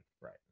right